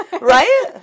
Right